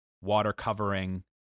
water-covering